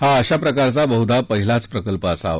हा अशा प्रकारचा बहुदा पहिलाच प्रकल्प असावा